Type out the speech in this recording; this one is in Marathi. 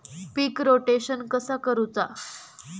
पीक रोटेशन कसा करूचा?